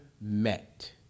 met